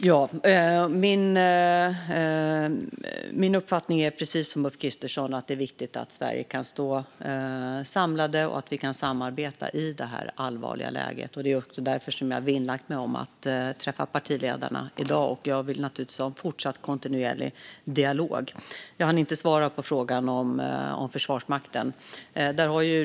Herr talman! Min uppfattning, precis som Ulf Kristerssons, är att det är viktigt att Sverige kan stå samlat och att vi kan samarbeta i detta allvarliga läge. Det är därför jag har vinnlagt mig om att träffa partiledarna i dag. Jag vill naturligtvis ha en fortsatt kontinuerlig dialog. Jag hann inte svara på frågan om Försvarsmakten.